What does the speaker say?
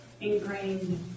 ingrained